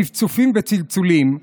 צפצופים וצלצולים,